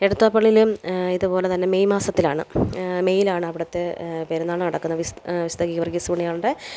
എടത്ത്വ പള്ളിയിൽ ഇതുപോലെ തന്നെ മെയ് മാസത്തിലാണ് മെയ്ലാണ് അവിടുത്തെ പെരുന്നാൾ നടക്കുന്നത് വിസ് വിസ്തഗീവർഗ്ഗീസ് പുണ്യാളൻ്റെ